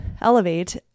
Elevate